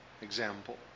Example